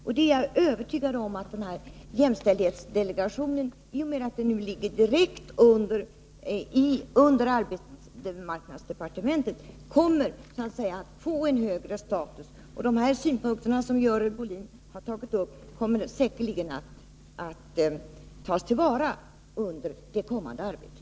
Jag är övertygad om att jämställdhetsdelegationen, i och med att den arbetar direkt under arbetsmarknadsdepartementet, kommer att så att säga få en högre status. De synpunkter som Görel Bohlin framförde kommer säkerligen att tas till vara i det kommande arbetet.